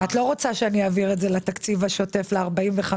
את לא רוצה שאני אעביר את זה לתקציב השוטף ל-45,